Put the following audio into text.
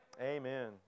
Amen